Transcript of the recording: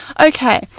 Okay